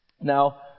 Now